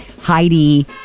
Heidi